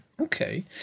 Okay